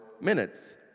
minutes